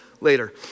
later